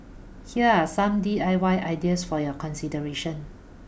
here are some D I Y ideas for your consideration